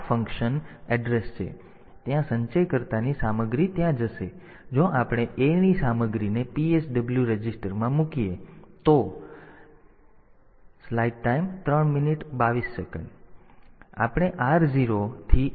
તેથી ત્યાં સંચયકર્તાની સામગ્રી ત્યાં જશે તેથી જો આપણે A ની સામગ્રીને PSW રજિસ્ટરમાં મૂકીએ તો પછી આપણે R0 થી R7 સાથે કાર્ય કરી શકીએ છીએ